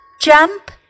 jump